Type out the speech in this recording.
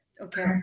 Okay